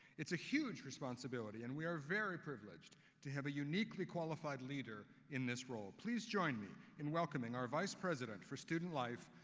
a huge responsibility and we are very privileged to have a uniquely qualified leader in this role. please join me in welcoming our vice president for student life,